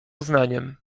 uznaniem